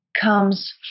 comes